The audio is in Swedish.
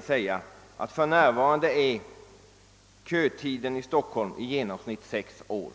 Stockholm för närvarande är i genomsnitt sex år.